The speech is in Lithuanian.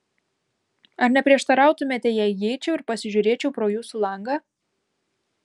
ar neprieštarautumėte jei įeičiau ir pasižiūrėčiau pro jūsų langą